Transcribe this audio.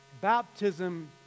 Baptism